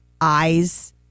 eyes